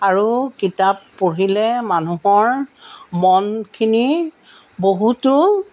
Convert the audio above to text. আৰু কিতাপ পঢ়িলে মানুহৰ মনখিনি বহুতো